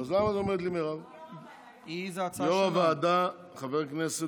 יו"ר ועדת החוקה,